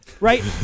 Right